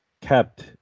kept